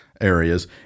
Areas